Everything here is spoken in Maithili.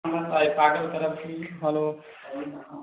शुभम आइ काजो करब की हेलो कहू ने की